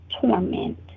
torment